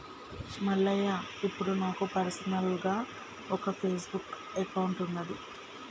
మల్లయ్య ఇప్పుడు నాకు పర్సనల్గా ఒక ఫేస్బుక్ అకౌంట్ ఉన్నది